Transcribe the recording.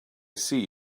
see